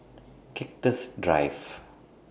Cactus Drive